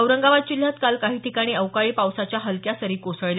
औरंगाबाद जिल्ह्यात काल काही ठिकाणी अवकाळी पावसाच्या हलक्या सरी कोसळल्या